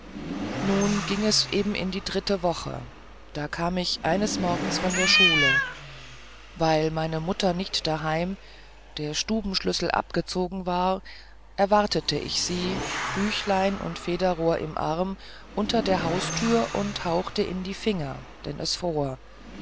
nun ging es eben in die dritte woche da kam ich eines morgens von der schule weil meine mutter nicht daheim der stubenschlüssel abgezogen war erwartete ich sie büchlein und federrohr im arm unter der haustür und hauchte in die finger denn es fror